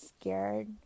scared